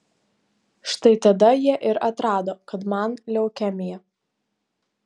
štai tada jie ir atrado kad man leukemija